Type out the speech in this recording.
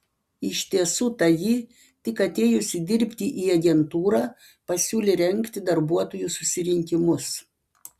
iš tiesų tai ji tik atėjusi dirbti į agentūrą pasiūlė rengti darbuotojų susirinkimus